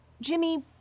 Jimmy